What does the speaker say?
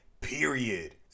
period